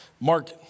Mark